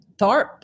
Tharp